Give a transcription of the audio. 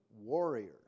warriors